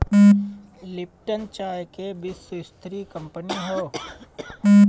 Lipton चाय के विश्वस्तरीय कंपनी हअ